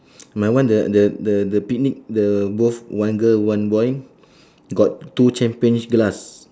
my one the the the the picnic the both one girl one boy got two champagne glass